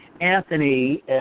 Anthony